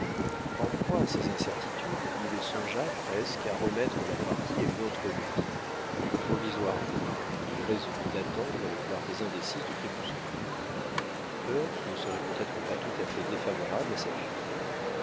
en proie à ces incertitudes il songea presque à remettre la partie à une autre nuit provisoirement il résolut d'attendre les clartés indécises du crépuscule heure qui ne serait peut-être pas tout à fait défavorable à sa fuite